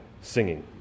singing